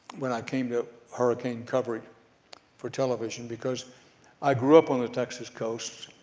when i came to hurricane coverage for television because i grew up on the texas coast,